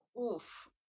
oof